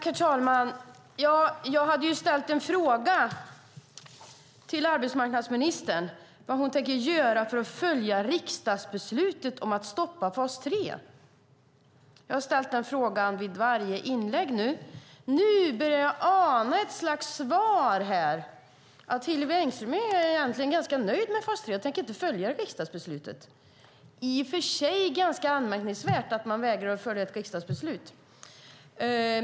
Herr talman! Jag ställde en fråga till arbetsmarknadsministern om vad hon tänker göra för att följa riksdagsbeslutet om att stoppa fas 3. Jag har ställt den frågan i varje inlägg. Nu börjar jag ana ett slags svar, nämligen att Hillevi Engström egentligen är ganska nöjd med fas 3 och inte tänker följa riksdagsbeslutet. Det är i och för sig ganska anmärkningsvärt att hon vägrar att följa ett riksdagsbeslut.